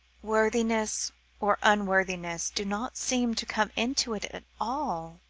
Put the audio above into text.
worthiness or unworthiness do not seem to come into it at all,